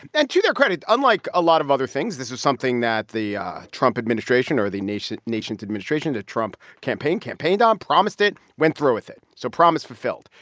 and to their credit, unlike a lot of other things, this is something that the trump administration or the nation's nation's administration, the trump campaign campaigned on, promised it, went through with it. so promise fulfilled.